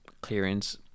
clearance